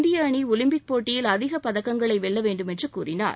இந்திய அணி ஒலிம்பிக் போட்டியில் அதிக பதக்கங்களை வெல்ல வேண்டுமென்று கூறினார்